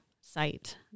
site